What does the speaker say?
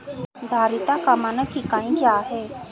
धारिता का मानक इकाई क्या है?